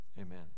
amen